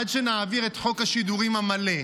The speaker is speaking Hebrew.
עד שנעביר את חוק השידורים המלא.